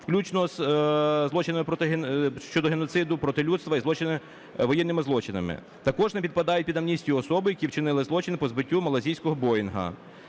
включно із злочинами щодо геноциду, проти людства і воєнними злочинами. Також не підпадають під амністію особи, які вчинили злочин по збиттю малайзійського боїнга.